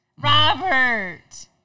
Robert